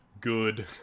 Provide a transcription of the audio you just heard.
good